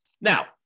Now